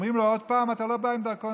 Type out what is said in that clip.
אומרים לו: עוד פעם אתה לא בא עם דרכון,